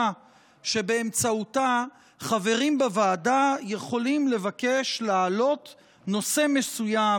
שבאמצעותה חברים בוועדה יכולים לבקש להעלות נושא מסוים